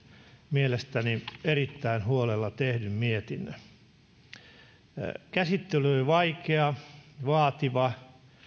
mielestäni erittäin huolella tehdyn mietinnön käsittely oli vaikea vaativa